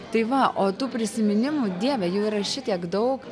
tai va o tų prisiminimų dieve jų yra šitiek daug